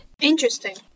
interesting